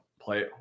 play